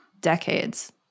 decades